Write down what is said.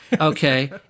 Okay